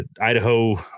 Idaho